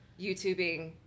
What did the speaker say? YouTubing